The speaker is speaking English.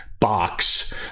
box